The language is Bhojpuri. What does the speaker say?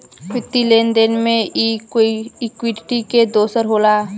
वित्तीय लेन देन मे ई इक्वीटी से दोसर होला